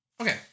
okay